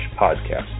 podcast